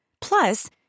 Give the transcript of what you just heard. Plus